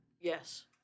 Yes